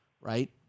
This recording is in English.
right